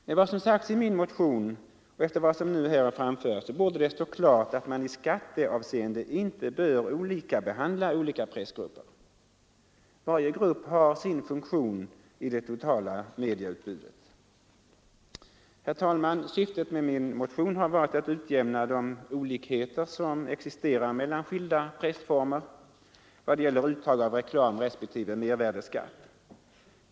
Med vad som sagts i min motion, och efter vad som här nu framförts, borde det stå klart att man i skatteavseende inte bör olikabehandla olika pressgrupper. Varje grupp har sin funktion i det totala medieutbudet. Herr talman! Syftet med min motion har varit att utjämna de olikheter som existerar mellan skilda pressformer vad gäller uttag av reklamrespektive mervärdeskatt.